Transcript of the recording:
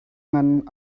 ngan